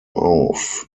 auf